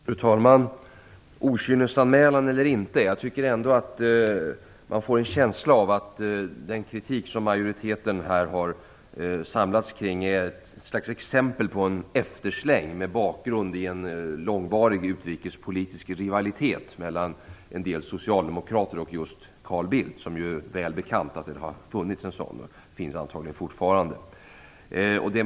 Fru talman! Okynnesanmälan eller inte, men man får en känsla av att den kritik som majoriteten har samlats kring är exempel på en eftersläng med bakgrund i en långvarig utrikespolitisk rivalitet mellan en del socialdemokrater och Carl Bildt. Det är välbekant att det har funnits en sådan.